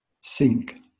sink